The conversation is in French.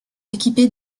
équipées